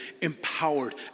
empowered